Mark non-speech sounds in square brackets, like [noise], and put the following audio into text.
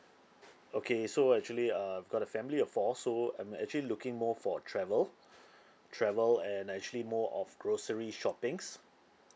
okay so actually uh I've got a family of four so I'm actually looking more for travel [breath] travel and actually more of grocery shoppings